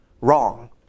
wrong